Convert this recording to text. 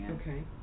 Okay